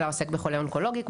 אלא עוסק בחולה אונקולוגי,